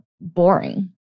boring